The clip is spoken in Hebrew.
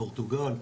פורטוגל,